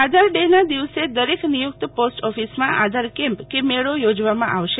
આધાર day ના દિવસે દરેક નિયુક્ત પોસ્ટ ઓફીસ માં આધાર કેમ્પ કે મેળો યોજવામાં આવશે